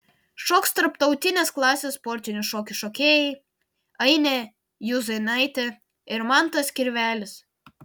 šoks tarptautinės klasės sportinių šokių šokėjai ainė juzėnaitė ir mantas kirvelis